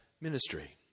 ministry